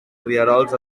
rierols